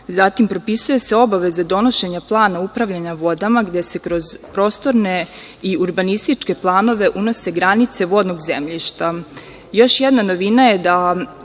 zatim propisuje se obaveza donošenja plana upravljanja vodama, gde se kroz prostorne i urbanističke planove unose granice vodnog zemljišta. Još